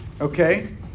Okay